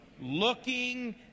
Looking